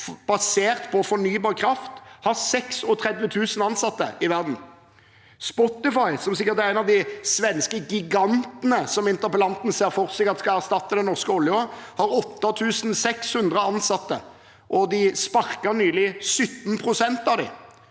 basert på fornybar kraft, har 36 000 ansatte i verden. Spotify, som sikkert er en av de svenske gigantene interpellanten ser for seg at skal erstatte den norske oljen, har 8 600 ansatte, og de sparket nylig 17 pst. av dem.